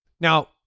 Now